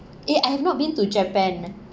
eh I have not been to japan